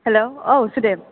hello औ सुदेम